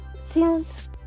seems